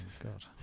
God